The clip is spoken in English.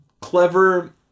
clever